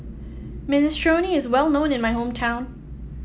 minestrone is well known in my hometown